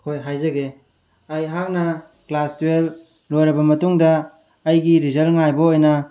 ꯍꯣꯏ ꯍꯥꯏꯖꯒꯦ ꯑꯩꯍꯥꯛꯅ ꯀ꯭ꯂꯥꯁ ꯇꯨꯌꯦꯜꯞ ꯂꯣꯏꯔꯕ ꯃꯇꯨꯡꯗ ꯑꯩꯒꯤ ꯔꯤꯖꯜ ꯉꯥꯏꯕ ꯑꯣꯏꯅ